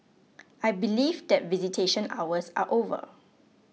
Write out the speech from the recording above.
I believe that visitation hours are over